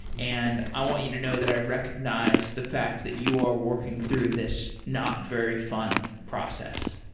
and i want you to know that i recognize the fact that you are working through this not very fun process.